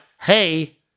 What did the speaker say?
hey